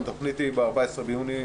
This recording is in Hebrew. התוכנית היא ב-14 ביוני,